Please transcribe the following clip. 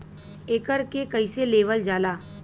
एकरके कईसे लेवल जाला?